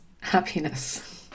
happiness